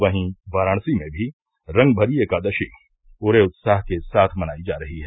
वहीं वाराणसी में भी रंगभरी एकादशी पूरे उत्साह के साथ मनायी जा रही है